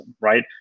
right